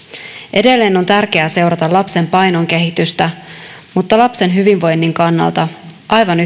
edelleen on tärkeää seurata lapsen painon kehitystä mutta lapsen hyvinvoinnin kannalta aivan